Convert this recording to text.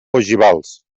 ogivals